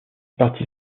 parti